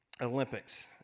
Olympics